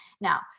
Now